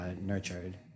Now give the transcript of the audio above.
nurtured